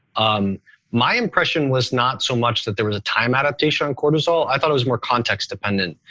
um my impression was not so much that there was a time adaptation and cortisol. i thought it was more context dependent.